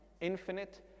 infinite